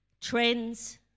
trends